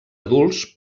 adults